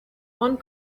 one